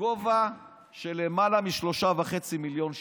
בגובה של למעלה מ-3.5 מיליון שקל.